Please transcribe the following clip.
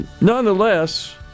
Nonetheless